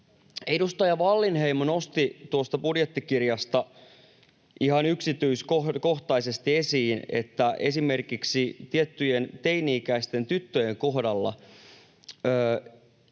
Edustaja Wallinheimo nosti tuosta budjettikirjasta ihan yksityiskohtaisesti esiin, että esimerkiksi tiettyjen teini-ikäisten tyttöjen kohdalla